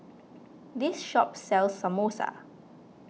this shop sells Samosa